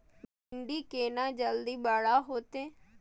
भिंडी केना जल्दी बड़ा होते?